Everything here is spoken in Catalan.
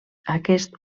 aquest